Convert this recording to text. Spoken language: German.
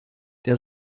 der